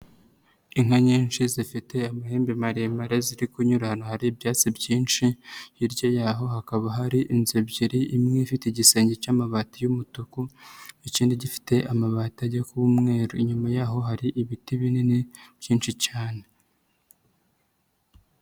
Inka nyinshi zifite amahembe maremare ziri kunyura ahantu hari ibyatsi byinshi, hirya y'aho hakaba hari inzu ebyiri imwe ifite igisenge cy'amabati y'umutuku n'ikindi gifite amabati ajya kuba umweru, inyuma y'aho hari ibiti binini byinshi cyane.